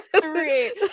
three